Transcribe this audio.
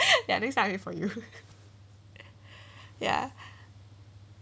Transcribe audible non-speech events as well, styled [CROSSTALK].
yeah next time I make for you [LAUGHS] ya